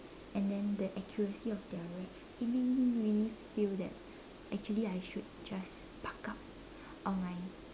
and then the accuracy of their raps it make me really feel that actually I should just buck up on my